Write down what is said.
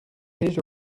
his